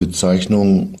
bezeichnung